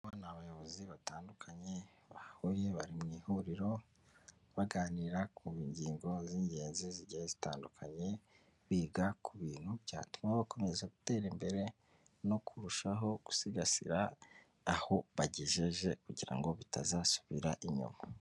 Aba ni abayobozi batandukanye bahuye bari mu ihuriro, baganira ku ngingo z'ingenzi zigiye zitandukanye, biga ku bintu byatuma bakomeza gutera imbere no kurushaho gusigasira aho bagejeje kugira ngo bitazasubira inyuma.